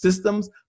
systems